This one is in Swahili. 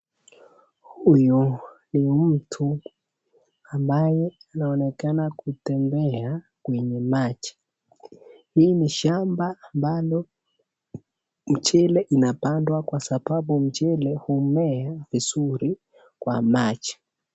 Huyu ni mtu ambaye anaonekana kutembea kwenye maji, hii ni shamba ambalo mchele inapandwa kwa sababu umea vizuri Kwa maji.